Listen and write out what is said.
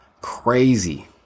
crazy